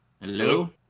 Hello